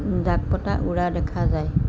জাকপতা উৰা দেখা যায়